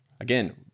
Again